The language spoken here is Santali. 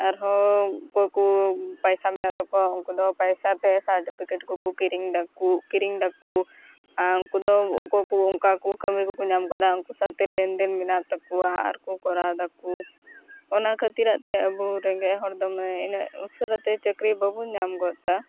ᱟᱨᱦᱚᱸ ᱚᱠᱚᱭᱠᱚ ᱯᱟᱭᱥᱟ ᱢᱮᱱᱟᱜ ᱛᱟᱠᱚᱣᱟ ᱩᱱᱠᱚ ᱫᱚ ᱯᱟᱭᱥᱟᱛᱮ ᱥᱟᱨᱴᱤᱯᱤᱠᱮᱴᱠᱚ ᱠᱚ ᱠᱤᱨᱤᱧᱫᱟᱠᱩ ᱠᱤᱨᱤᱧᱫᱟᱠᱩ ᱟᱨ ᱩᱱᱠᱚ ᱫᱚ ᱚᱠᱚᱭᱠᱩ ᱚᱱᱠᱟᱠᱚ ᱠᱟᱹᱢᱤᱠᱚ ᱠᱚ ᱧᱟᱢᱠᱟᱫᱟ ᱩᱱᱠᱚ ᱥᱟᱶᱛᱮ ᱞᱮᱱᱫᱮᱱ ᱢᱮᱱᱟᱜ ᱛᱟᱠᱚᱣᱟ ᱟᱨ ᱠᱩ ᱠᱚᱨᱟᱣ ᱫᱟᱠᱩ ᱚᱱᱟ ᱠᱷᱟᱹᱛᱤᱨᱟᱜᱛᱮ ᱟᱹᱵᱩ ᱨᱮᱸᱜᱮᱡ ᱦᱚᱲᱫᱚ ᱩᱱᱟᱹᱜ ᱩᱥᱟᱹᱨᱟᱛᱮ ᱪᱟᱹᱠᱨᱤ ᱵᱟᱹᱵᱩᱱ ᱧᱟᱢᱜᱚᱫᱼᱮᱫᱟ